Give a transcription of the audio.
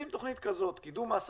שים תוכנית כזאת, קידום העסקה.